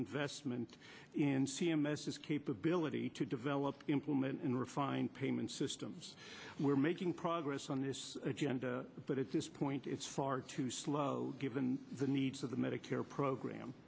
investment in c m s is capability to develop implement and refine payment systems we're making progress on this agenda but at this point it's far too slow given the needs of the medicare program